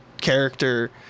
character